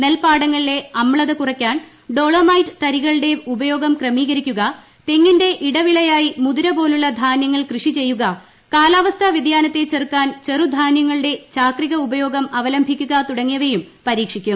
നെൽ പാടങ്ങളിലെ അമ്നത കൂറക്കാൻ ഡോളോമൈറ്റ് തരികളുടേ ഉപയോഗം ക്രമീകരിക്കുക തെങ്ങിന്റെ ഇടവിളയായി മുതിര പോലുള്ള ധാനൃങ്ങൾ കൃഷി ചെയ്യുക കാലാവസ്ഥാ വ്യതിയാനത്തെ ചെറുധാന്യങ്ങളുടെ ചാക്രിക ഉപയോഗം അവലംബിക്കുക തുടങ്ങിയവയും പരീക്ഷിക്കും